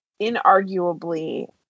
inarguably